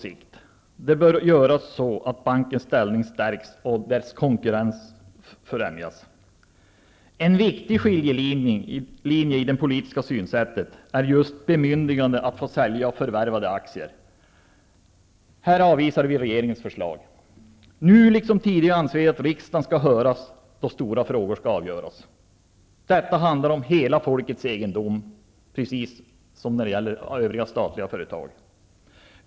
Detta bör göras så att bankens ställning stärks och konkurrensen främjas. En viktig skiljelinje i det politiska synsättet är bemyndigandet att få sälja de förvärvade aktierna. Här avvisar vi regeringens förslag. Nu liksom tidigare anser vi att riksdagen skall höras då så stora frågor skall avgöras. Detta handlar om hela folkets egendom precis som när det gäller övriga statliga företag.